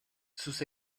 sus